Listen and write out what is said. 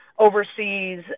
oversees